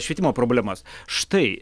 švietimo problemas štai